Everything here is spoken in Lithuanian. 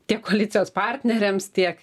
tiek koalicijos partneriams tiek